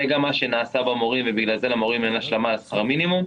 זה גם מה שנעשה עם המורים ובגלל זה אין למורים השלמה לשכר מינימום,